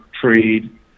trade